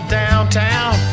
downtown